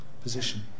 position